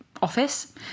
office